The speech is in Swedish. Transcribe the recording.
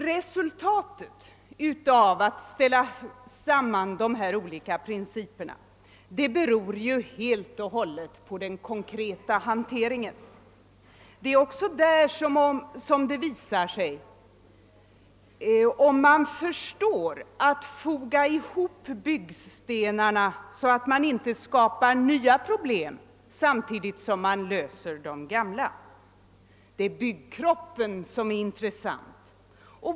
Resultatet av att man ställer samman dessa olika priciper beror helt på den konkreta hanteringen. Det är också där det visar sig om man förstår att foga ihop byggstenarna på ett sådant sätt, att man inte skapar nya problem samtidigt som man löser de gamla — det är byggnadskroppen som är intressant.